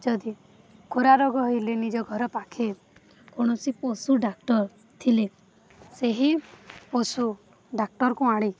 ଯଦି ଖୁରା ରୋଗ ହେଲେେ ନିଜ ଘର ପାଖେ କୌଣସି ପଶୁ ଡାକ୍ତର ଥିଲେ ସେହି ପଶୁ ଡାକ୍ତରକୁ ଆଣିକି